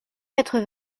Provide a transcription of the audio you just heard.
quatre